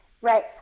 Right